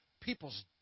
people's